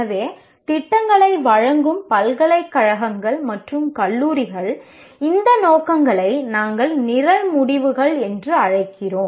எனவே திட்டங்களை வழங்கும் பல்கலைக்கழகங்கள் மற்றும் கல்லூரிகள் இந்த நோக்கங்களை நிரல் முடிவுகள் என்று அழைக்கிறது